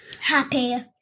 Happy